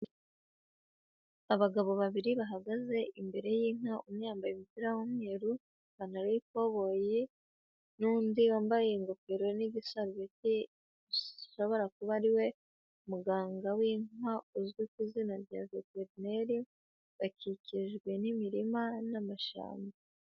Abagabo babiri bahagaze imbere y'inka, umwe yambaye umupira w'umweru, ipantaro y'ikoboyi, n'undi wambaye ingofero n'igisarubeti ashobora kuba ariwe muganga w'inka uzwi ku izina rya veterineri, akikijwe n'imirima n'amashyamba.